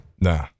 Nah